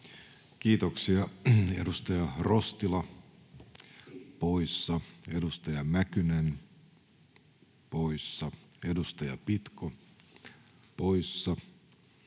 Kiitoksia. — Edustaja Rostila, poissa. Edustaja Mäkynen, poissa. Edustaja Pitko, poissa.